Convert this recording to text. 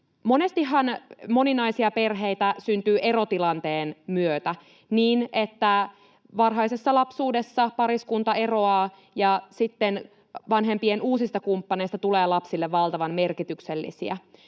Monestihan moninaisia perheitä syntyy erotilanteen myötä niin, että varhaisessa lapsuudessa pariskunta eroaa ja sitten vanhempien uusista kumppaneista tulee lapsille valtavan merkityksellisiä.